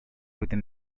within